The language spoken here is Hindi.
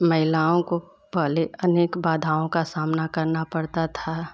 महिलाओं को पहले अनेक बाधाओं का सामना करना पड़ता था